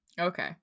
Okay